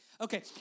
Okay